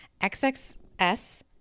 XXS